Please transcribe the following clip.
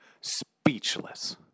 speechless